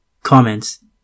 Comments